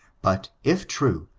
but, if true,